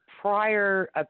prior